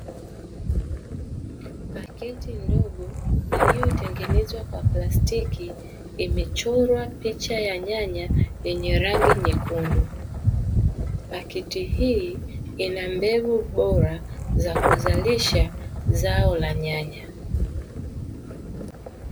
Pakiti ndogo iliyotengenezwa kwa plastiki imechorwa picha ya nyanya yenye rangi nyekundu, pakiti hii Ina mbegu bora za kuzalisha zao la nyanya.